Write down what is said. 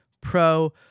pro